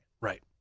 Right